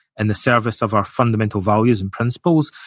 and the service of our fundamental values and principles,